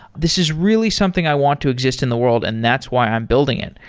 this is really something i want to exist in the world, and that's why i'm building it.